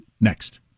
next